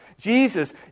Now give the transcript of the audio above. Jesus